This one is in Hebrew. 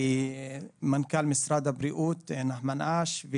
למנכ"ל משרד הבריאות נחמן אש,